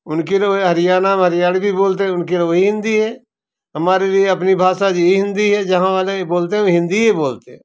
उनकी तो हरयाणा में हरयाणवी बोलते हैं उनके रे वही हिंदी है हमारे लिए अपनी भाषा जे यही हिंदी है जहाँ वाले बोलते वो हिंदी ही बोलते है